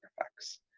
effects